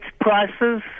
prices